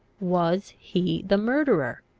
was he the murderer?